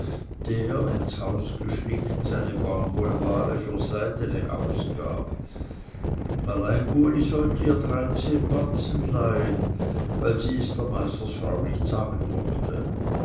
der ins haus geschlichen seine baumwollenware für seidene ausgab allein uli sollte ihr dreizehn batzen leihen weil sie es der meisterfrau nicht sagen mochte